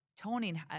toning